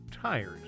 tires